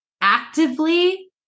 actively